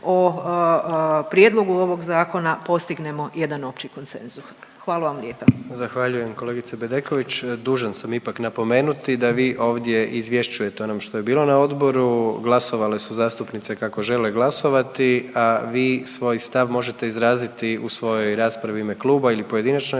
o prijedlogu ovog Zakona postignemo jedan opći konsenzus. Hvala vam lijepa.